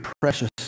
precious